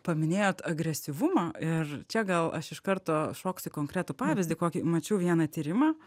paminėjot agresyvumą ir čia gal aš iškarto šoksiu į konkretų pavyzdį kokį mačiau vieną tyrimą